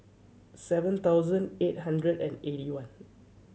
seven thousand eight hundred and eighty one